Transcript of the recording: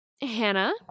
Hannah